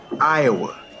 Iowa